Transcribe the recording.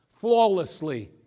flawlessly